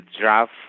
draft